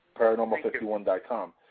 Paranormal51.com